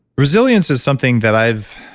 resilience is something that i've